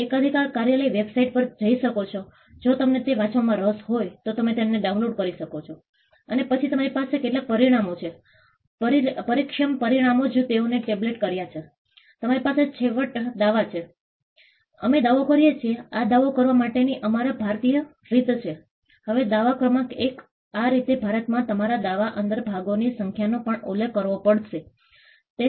તમે જોઈ શકો છો કે લોકોએ અમને જે કહ્યું તે તેઓએ કહ્યું કે પ્રક્રિયામાં બધા જૂથોનું પ્રતિનિધિત્વ હોવું જોઈએ સ્પષ્ટ ઉદ્દેશો સંમત ઉદ્દેશો નિર્ણયોને પ્રભાવિત કરવાની શક્તિ સમુદાય સાથે સતત સંબંધ સ્થાનિક જ્ઞાનને સમાવિષ્ટ કરવું સારું સુવિધા આપવું